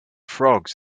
frogs